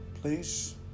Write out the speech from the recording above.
Please